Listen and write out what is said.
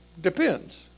Depends